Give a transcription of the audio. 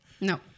No